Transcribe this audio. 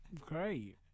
Great